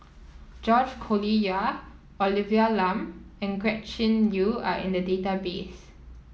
George Collyer Olivia Lum and Gretchen Liu are in the database